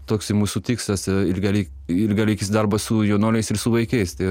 toks i mūsų tikslas ir gali ir gali darbą su jaunuoliais ir su vaikais tai